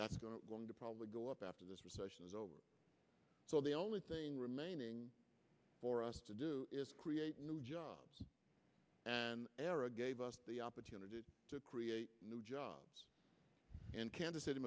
that's going to probably go up after this recession is over so the only thing remaining for us to do is create an era gave us the opportunity to create new jobs in kansas city